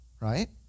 right